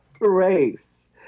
race